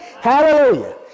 hallelujah